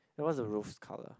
and what's the roof's colour